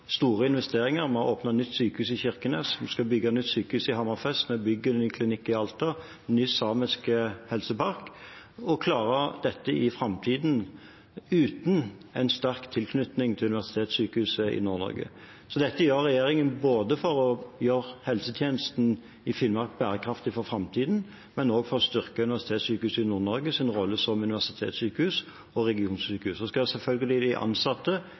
store investeringer: Vi har åpnet nytt sykehus i Kirkenes, vi skal bygge nytt sykehus i Hammerfest, vi bygger ny klinikk i Alta og en ny samisk helsepark. Det er krevende å klare dette i framtiden uten en sterk tilknytning til Universitetssykehuset i Nord-Norge. Så dette gjør regjeringen for både å gjøre helsetjenesten i Finnmark bærekraftig for framtiden og å styrke rollen til Universitetssykehuset i Nord-Norge som universitetssykehus og regionsykehus. De ansatte og de tillitsvalgte skal selvfølgelig